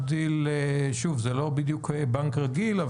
שוב, זה לא בדיוק בנק רגיל.